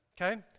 okay